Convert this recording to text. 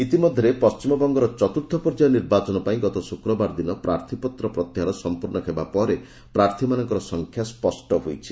ଇତିମଧ୍ୟରେ ପଶ୍ଚିମବଙ୍ଗର ଚତୁର୍ଥ ପର୍ଯ୍ୟାୟ ନିର୍ବାଚନ ପାଇଁ ଗତ ଶୁକ୍ରବାର ଦିନ ପ୍ରାର୍ଥୀପତ୍ର ପ୍ରତ୍ୟାହାର ସମ୍ପୂର୍ଣ୍ଣ ହେବା ପରେ ପ୍ରାର୍ଥୀମାନଙ୍କର ସଂଖ୍ୟା ସ୍କଷ୍ଟ ହୋଇଯାଇଛି